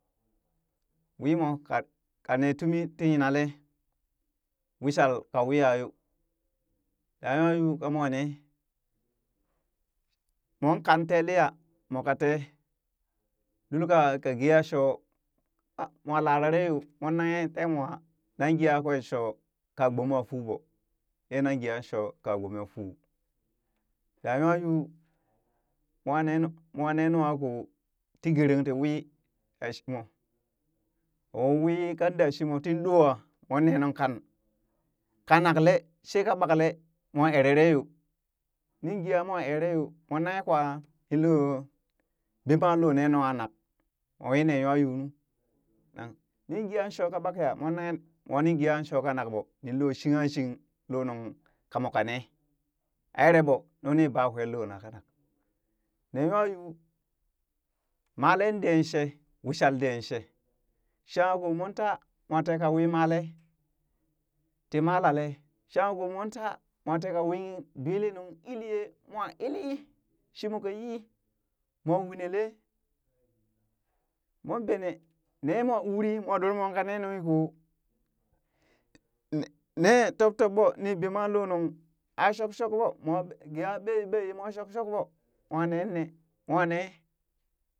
Wiimoo ka ka neee tumi tii yinale wishal ka wiya yoo da nwa yuu ka mwa ne moon kan tee liya moka tee lulka ka gee a shoo mwa larare yoo mon nanghe teemwa nan geen kwen shoo ka gbomafuu ɓoo nan gee aa shoo ka gboma fuu da nwa yuu mwa nee mwa ne nungha koo tii geeren tii wii da shimo oo wii kan da shimo tin doa mwon nee nunka kanakle sheeka ɓakle mwa erere yoo nin gee aa moo ere yoo mwan nanghe kwa ninlo bemma loo nee nungha nak moo wii nee nywa yuu nu nin geha shoo ka ɓakeya mwan nanghe mwa nin geha shoo kanak ɓo, nin loo shiha shing loo nungka moka nee aa ere nuni baa kwee lo lak kanak, nee nywayuu malee deen shee wishal deen shee shangha koo moon taa mwa teka wii malee ti malalee shangha koo mwan taa mooh wii dwilinung iliye mwa ili shimoo ka yii mwa wunelee moon benee ne mwa uri mwa ɗormwa ka ne nunghi ko nee tob tob ɓoo nii bemmaa lohnung aa shok shok ɓoo ma gee are ɓei ɓei mwa shok shok boo mwa nenne mwa ne.